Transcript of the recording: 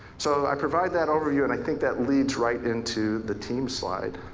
so i provide that overview and i think that leads right into the team's slide.